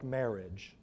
marriage